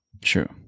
True